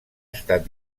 estat